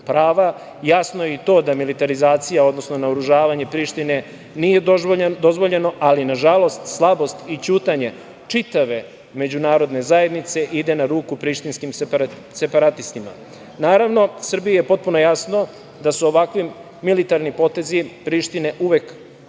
prava. Jasno je i to da militarizacija, odnosno naoružavanje Prištine nije dozvoljeno, ali, nažalost, slabost i ćutanje čitave međunarodne zajednice ide na ruku prištinskim separatistima. Naravno, Srbiji je potpuno jasno da su ovakvi militarni potezi Prištine uvek